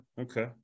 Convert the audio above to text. okay